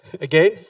Again